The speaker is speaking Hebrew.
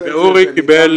אורי קיבל,